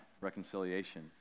reconciliation